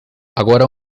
agora